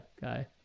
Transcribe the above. guy